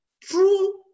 true